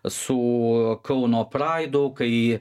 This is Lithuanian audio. su kauno praidu kai